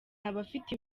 abafite